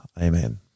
Amen